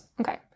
okay